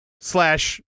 slash